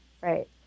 Right